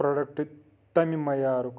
product تَمہِ مَیارُک